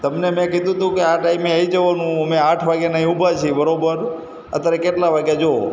તમને મેં કીધું હતું કે આ ટાઈમે આવી જવાનું અમે આઠ વાગ્યાના અહીં ઊભા છીએ બરાબર અત્યારે કેટલા વાગ્યા જુઓ